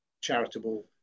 charitable